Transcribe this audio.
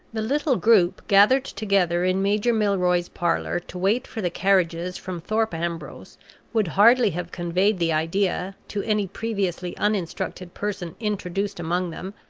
the little group gathered together in major milroy's parlor to wait for the carriages from thorpe ambrose would hardly have conveyed the idea, to any previously uninstructed person introduced among them,